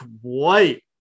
White